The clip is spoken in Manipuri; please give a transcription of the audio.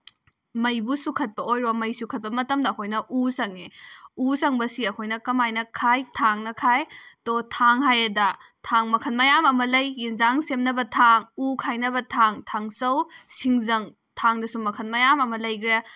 ꯃꯩꯕꯨ ꯆꯨꯈꯠꯄ ꯑꯣꯏꯔꯣ ꯃꯩ ꯆꯨꯈꯠꯄ ꯃꯇꯝꯗ ꯎ ꯆꯪꯉꯤ ꯎ ꯆꯪꯕꯁꯤ ꯑꯩꯈꯣꯏꯅ ꯀꯃꯥꯏꯅ ꯈꯥꯏ ꯊꯥꯡꯅ ꯈꯥꯏ ꯇꯣ ꯊꯥꯡ ꯍꯥꯏꯔꯦꯗ ꯊꯥꯡ ꯃꯈꯜ ꯃꯌꯥꯝ ꯑꯃ ꯂꯩ ꯑꯦꯟꯁꯥꯡ ꯁꯦꯝꯅꯕ ꯊꯥꯡ ꯎ ꯈꯥꯏꯅꯕ ꯊꯥꯡ ꯊꯥꯡꯆꯧ ꯁꯤꯡꯖꯪ ꯊꯥꯡꯗꯁꯨ ꯃꯈꯜ ꯃꯌꯥꯝ ꯑꯃ ꯂꯩꯈ꯭ꯔꯦ